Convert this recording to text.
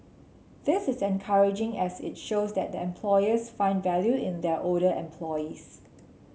this is encouraging as it shows that employers find value in their older employees